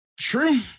True